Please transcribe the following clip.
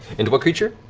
into what creature?